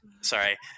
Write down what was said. sorry